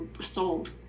sold